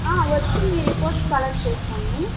వచ్చి మీ reports collect చేసుకోండి